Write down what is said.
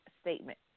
statement